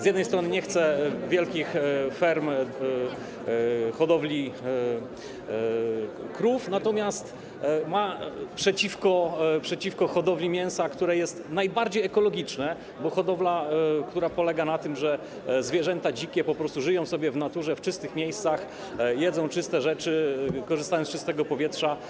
Z jednej strony nie chce wielkich ferm, hodowli krów, a z drugiej strony jest przeciwko hodowli mięsa, które jest najbardziej ekologiczne, hodowli, która polega na tym, że dzikie zwierzęta po prostu żyją sobie w naturze, w czystych miejscach, jedzą czyste rzeczy, korzystają z czystego powietrza.